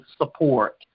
support